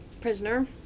prisoner